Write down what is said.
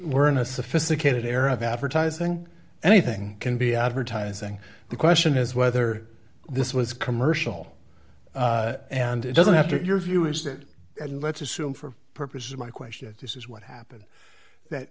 we're in a sophisticated era of advertising anything can be advertising the question is whether this was commercial and it doesn't have to your view is that let's assume for purposes of my question this is what happens that